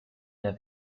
der